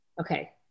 okay